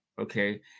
okay